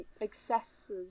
excesses